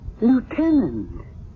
Lieutenant